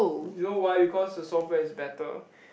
you know why because the software is better